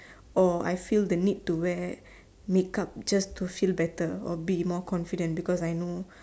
or I feel the need to wear make up just to feel better or be more confident because I know